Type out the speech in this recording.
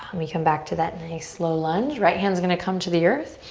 we come back to that nice, low lunge. right hand's gonna come to the earth.